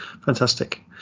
Fantastic